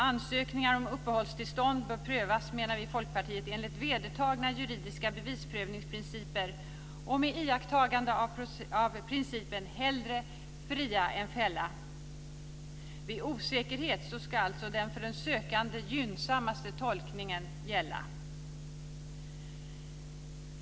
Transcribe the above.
Ansökningar om uppehållstillstånd bör prövas, menar vi i Folkpartiet, enligt vedertagna juridiska bevisprövningsprinciper och med iakttagande av principen att hellre fria än fälla. Vid osäkerhet ska alltså den för den sökande gynnsammaste tolkningen gälla.